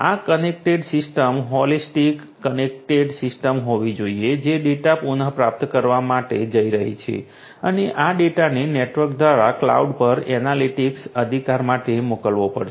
આ connected system holistic connected system હોવી જોઈએ જે ડેટા પુનઃપ્રાપ્ત કરવા જઈ રહી છે અને આ ડેટાને નેટવર્ક દ્વારા ક્લાઉડ પર એનાલિટિક્સ અધિકાર માટે મોકલવો પડશે